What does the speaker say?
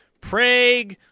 Prague